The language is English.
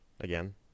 again